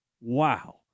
Wow